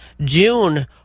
June